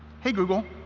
hey, google,